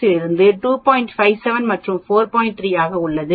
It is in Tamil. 3 ஆக உள்ளது